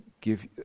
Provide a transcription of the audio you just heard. give